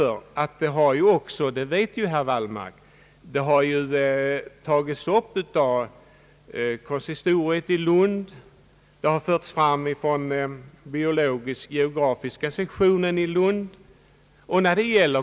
Som herr Wallmark vet har det tagits upp av konsistoriet i Lund, och det har förts fram av biologisk-geografiska sektionen i Lund.